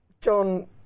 John